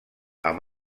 amb